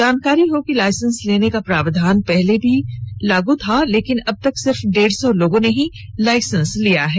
जानकारी हो कि लाइसेंस लेने का प्रावधान पहले से लागू था लेकिन अबतक सिर्फ डेढ़ सौ लोगों ने ही लाइसेंस लिया है